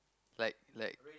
like like